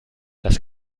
das